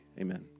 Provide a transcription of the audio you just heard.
Amen